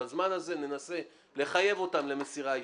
בזמן הזה ננסה לחייב אותם למסירה אישית.